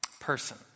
person